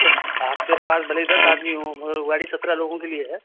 तोआपके पास भले ही दस आदमी हो वो गाड़ी सत्रह लोगों के लिए हैं